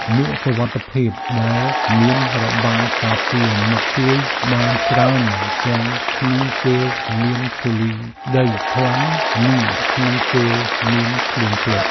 មួកសុវត្ថិភាពដែលមានរបាំងការពារមុខជួយបានច្រើនទាំងក្នុងពេលមានធូលីដីខ្លាំង និងក្នុងពេលមានភ្លៀងធ្លាក់។